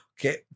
Okay